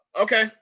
Okay